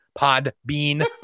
Podbean